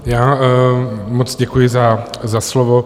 Já moc děkuji za slovo.